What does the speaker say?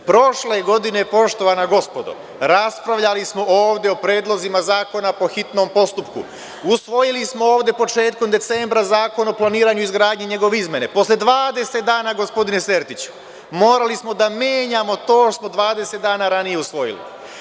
Prošle godine, poštovana gospodo, raspravljali smo ovde o predlozima zakona po hitnom postupku, usvojili smo ovde početkom decembra Zakon o planiranju i izgradnji njegove izmene, posle 20 dana, gospodine Sertiću, morali smo da menjamo to što smo 20 dana ranije usvojili.